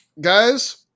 guys